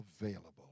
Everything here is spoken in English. available